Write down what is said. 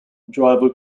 driver